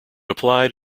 applied